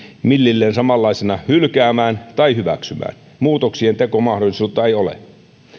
millilleen samanlaisena hylkäämään tai hyväksymään muutostentekomahdollisuutta ei ole